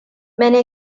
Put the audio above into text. many